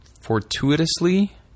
fortuitously